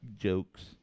jokes